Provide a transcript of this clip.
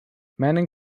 manning